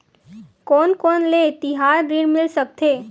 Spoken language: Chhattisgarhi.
कोन कोन ले तिहार ऋण मिल सकथे?